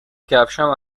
کفشهام